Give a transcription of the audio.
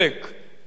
בשלב ראשון,